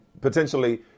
potentially